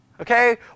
Okay